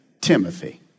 Timothy